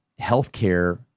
healthcare